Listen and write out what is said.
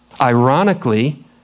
Ironically